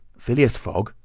phileas fogg,